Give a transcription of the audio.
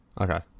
Okay